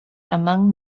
among